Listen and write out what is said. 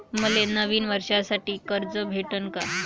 मले नवीन वर्षासाठी कर्ज भेटन का?